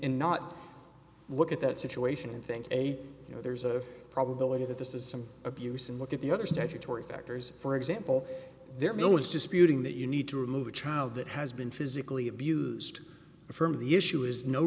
n not look at that situation and think a you know there's a probability that this is some abuse and look at the other statutory factors for example their militias disputing that you need to remove a child that has been physically abused from the issue is no